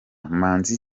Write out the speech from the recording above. manzi